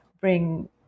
bring